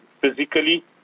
physically